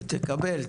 תקבל.